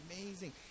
amazing